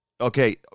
okay